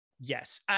yes